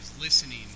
listening